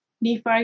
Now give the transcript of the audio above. Nephi